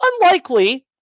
unlikely